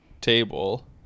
table